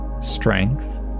strength